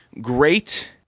great